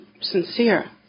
sincere